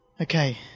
Okay